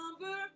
number